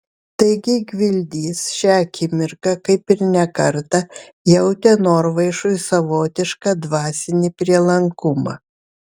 taigi gvildys šią akimirką kaip ir ne kartą jautė norvaišui savotišką dvasinį prielankumą